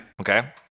Okay